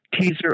teaser